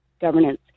governance